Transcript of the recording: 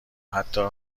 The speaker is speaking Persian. حتی